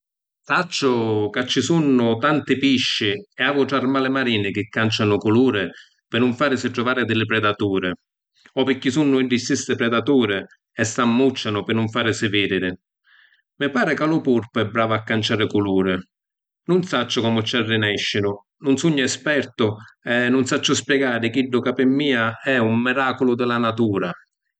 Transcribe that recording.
Sacciu ca ci sunnu tanti pisci e autri armali marini chi cancianu culuri pi nun farisi truvari di li pridaturi, o pirchì sunnu iddi stissi pridaturi e s’ammuccianu pi nun farisi vidiri. Mi pari ca lu purpu è bravu a canciari culuri. Nun sacciu comu ci arrinescinu, nun sugnu espertu e nun sacciu spiegari chiddu ca pi mia è un miraculu di la natura.